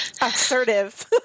Assertive